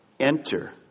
Enter